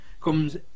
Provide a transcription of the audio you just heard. comes